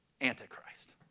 antichrist